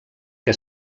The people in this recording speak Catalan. que